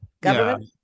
government